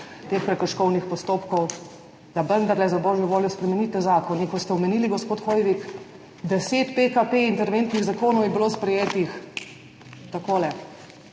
teh prekrškovnih postopkov, da vendarle za božjo voljo spremenite zakon. Kot ste omenili, gospod Hoivik, 10 interventnih zakonov PKP je bilo sprejetih takole